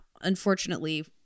unfortunately